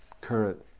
current